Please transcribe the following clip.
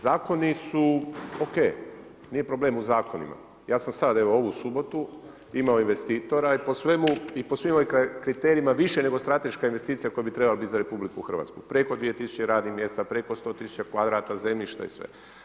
Zakoni su ok, nije problem u zakonima, ja sam sad ovu subotu imao investitora i po svim ovim kriterijima više nego strateška investicija koja bi trebala biti za RH, preko 2 000 radnih mjesta, preko 100 000 kvadrata zemljišta i sve.